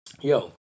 Yo